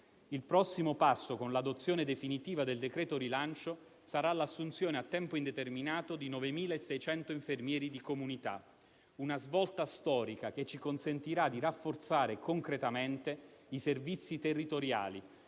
Il prossimo passo, con l'adozione definitiva del decreto rilancio, sarà l'assunzione a tempo indeterminato di 9.600 infermieri di comunità: una svolta storica che ci consentirà di rafforzare concretamente i servizi territoriali,